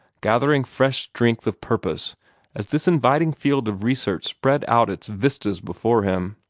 gathering fresh strength of purpose as this inviting field of research spread out its vistas before him.